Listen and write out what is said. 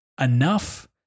enough